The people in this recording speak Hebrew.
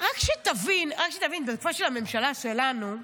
רק שתבין, רק שתבין, בתקופה של הממשלה שלנו,